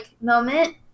moment